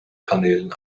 kanälen